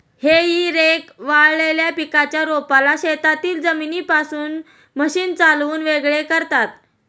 हेई रेक वाळलेल्या पिकाच्या रोपाला शेतातील जमिनीपासून मशीन चालवून वेगळे करतात